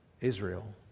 israel